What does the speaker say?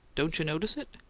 don't you notice it?